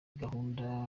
gahunda